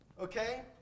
Okay